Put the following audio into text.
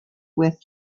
with